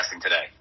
today